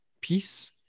peace